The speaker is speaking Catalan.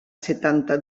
setanta